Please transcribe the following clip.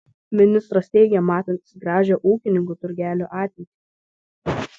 ministras teigė matantis gražią ūkininkų turgelių ateitį